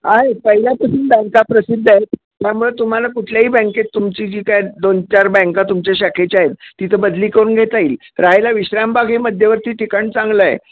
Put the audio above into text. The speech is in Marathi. आहे पहिल्यापासून बँका प्रसिद्ध आहेत त्यामुळे तुम्हाला कुठल्याही बँकेत तुमची जी काय दोन चार बँका तुमच्या शाखेच्या आहेत तिथं बदली करून घेता येईल राहायला विश्रामबाग हे मध्यवर्ती ठिकाण चांगलं आहे